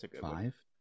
five